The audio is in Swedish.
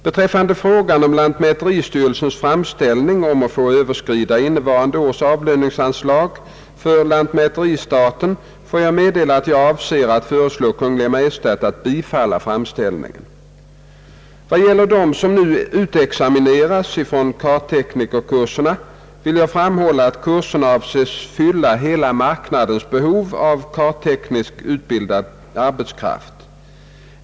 Beträffande frågan om lantmäteristyrelsens framställning om att få överskrida innevarande års avlöningsanslag för lantmäteristaten får jag meddela att jag avser att föreslå Kungl. Maj:t att bifalla framställningen. Vad gäller dem som nu utexamineras från kartteknikerkurserna vill jag framhålla att kurserna avses fylla hela marknadens behov av karttekniskt utbildad arbetskraft.